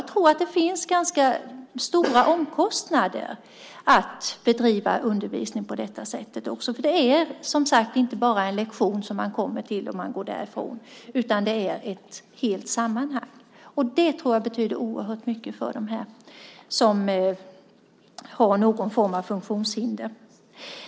Jag tror att omkostnaderna är ganska stora vad gäller att bedriva undervisning på detta sätt, för det är, som sagt, inte bara en lektion man kommer till och går från, utan ett helt sammanhang. Det tror jag betyder oerhört mycket för dem som har någon form av funktionshinder.